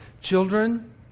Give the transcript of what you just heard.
children